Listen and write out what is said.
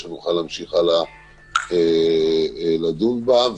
שנוכל להמשיך הלאה לדון בה,